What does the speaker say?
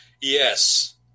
Yes